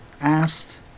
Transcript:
asked